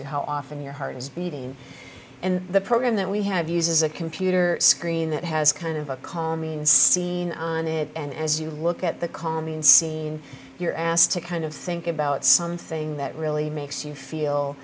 you how often your heart is beating and the program that we have uses a computer screen that has kind of a kamin scene on it and as you look at the common scene you're asked to kind of think about something that really makes you